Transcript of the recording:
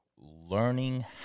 learning